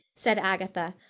said agatha,